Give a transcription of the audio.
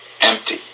empty